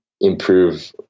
improve